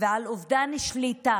ועל אובדן שליטה